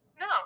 No